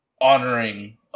honoring